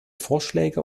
vorschläge